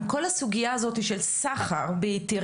עם כל הסוגיה הזו של סחר בהיתרים,